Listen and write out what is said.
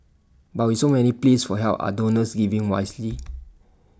but with so many pleas for help are donors giving wisely